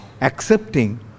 accepting